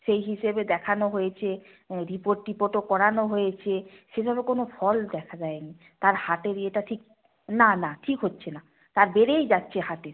সেই হিসেবে দেখানো হয়েছে রিপোর্ট টিপোর্টও করানো হয়েছে সেভাবে কোনো ফল দেখা দেয়নি তার হার্টের ইয়েটা ঠিক না না ঠিক হচ্ছে না তার বেড়েই যাচ্ছে হার্টের